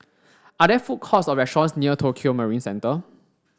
are there food courts or restaurants near Tokio Marine Centre